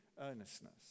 earnestness